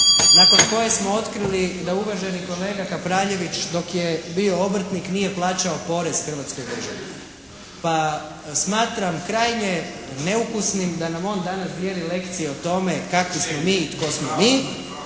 nakon koje smo otkrili da uvaženi kolega Kapraljević dok je bio obrtnik nije plaćao porez Hrvatskoj Državi. Pa smatram krajnje neukusnim da nam on danas dijeli lekcije o tome kakvi smo mi i tko smo mi,